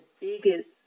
biggest